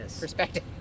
perspective